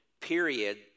period